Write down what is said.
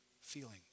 feeling